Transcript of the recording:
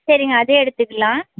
சரிங்க அதே எடுத்துக்கலாம்